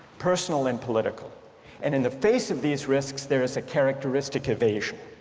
personal and political and in the face of these risks there is a characteristic evasion,